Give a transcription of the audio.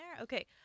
Okay